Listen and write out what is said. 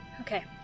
Okay